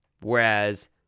Whereas